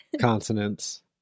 Consonants